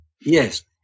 Yes